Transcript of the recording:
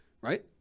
Right